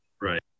right